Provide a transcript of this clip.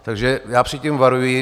Takže já před tím varuji.